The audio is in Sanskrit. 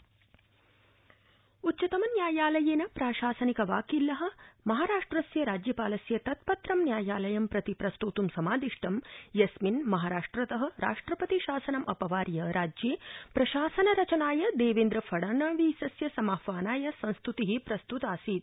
उच्च्तम न्यायालय उच्चतमन्यायालयेन प्राशासनिक वाक्कील महाराष्ट्रस्य राज्यपालस्य तत्पत्रं न्यायालयं प्रति प्रस्तोतुं समादिष्टम् यस्मिन् महाराष्ट्रत राष्ट्रपति शासनम् अपवार्य राज्ये प्रशासनरचनाय देवेन्द्र फडणवीसस्य समाह्वानाय संस्तृति प्रस्तृतासीत्